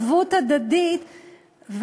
ערבות הדדית,